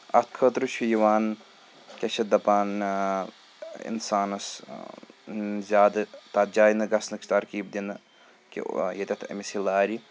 اَتھ خٲطرٕ چھُ یوان کیٛاہ چھِ اَتھ دَپان اِنسانس زیادٕ تَتھ جایہِ نہَ گژھنٕچ ترکیٖب دِنہٕ کہِ ییٚتٮ۪تھ أمِس یہِ لارِ